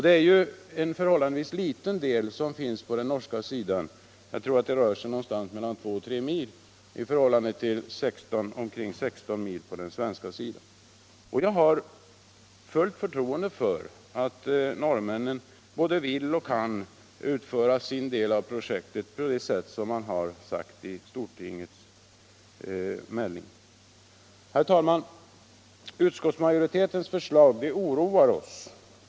Det är ju en förhållandevis liten del som finns på den norska sidan — jag tror att det rör sig om två å tre mil i förhållande till omkring 16 mil på den svenska sidan. Jag har fullt förtroende för att norrmännen både vill och kan utföra sin del av projektet på det sätt som det har sagts i stortingets melling. Herr talman! Utskottsmajoritetens förslag oroar oss.